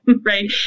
right